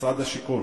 משרד השיכון.